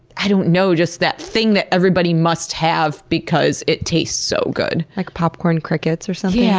i don't know, just that thing that everybody must have because it tastes so good. like popcorn crickets or something? yeah